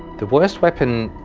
the worst weapon